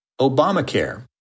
Obamacare